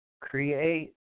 create